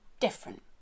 different